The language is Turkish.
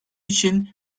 için